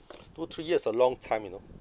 two three years is a long time you know